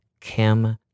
Kim